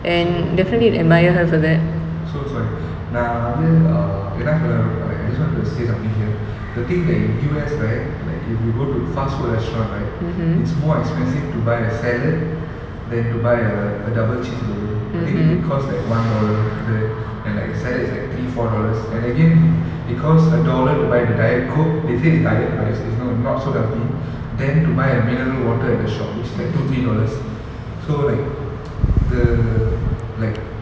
so so sorry நான்வந்து:naan vanthu I just wanted to say something here the thing that in U_S right like if you go to fast food restaurant right it's more expensive to buy a salad than to buy a a double cheeseburger I think it it'll cost like one dollar and like the salad is like three four dollars and again because a dollar to buy the diet coke they say it's diet but it's it's no~ it's not so healthy than to buy a mineral water at the shop which is like two three dollars so like the like